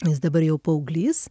jis dabar jau paauglys